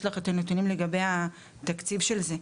יש לך את הנתונים לגבי התקציב של זה.